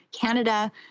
Canada